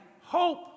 hope